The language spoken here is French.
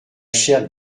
chair